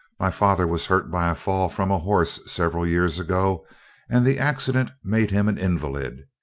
my father was hurt by a fall from a horse several years ago and the accident made him an invalid.